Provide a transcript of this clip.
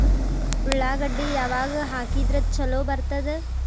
ಉಳ್ಳಾಗಡ್ಡಿ ಯಾವಾಗ ಹಾಕಿದ್ರ ಛಲೋ ಬರ್ತದ?